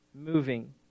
moving